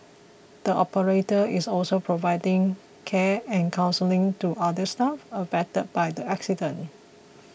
the operator is also providing care and counselling to other staff affected by the accident